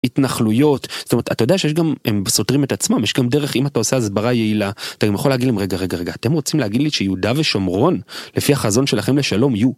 התנחלויות, זאת אומרת, אתה יודע שיש, גם הם סותרים את עצמם, יש גם דרך, אם אתה עושה הסברה יעילה אתה יכול להגיד לי רגע רגע רגע, אתם רוצים להגיד לי שיהודה ושומרון לפי החזון שלכם לשלום יהיו.